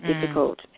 difficult